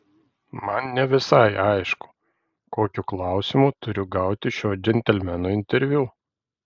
man ne visai aišku kokiu klausimu turiu gauti šio džentelmeno interviu